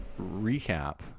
recap